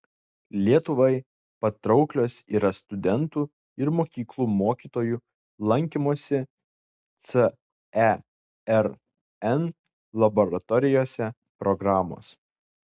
lietuvai patrauklios yra studentų ir mokyklų mokytojų lankymosi cern laboratorijose programos